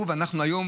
והיום,